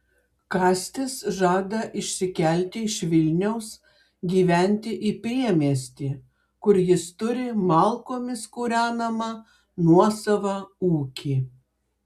kastis žada išsikelti iš vilniaus gyventi į priemiestį kur jis turi malkomis kūrenamą nuosavą ūkį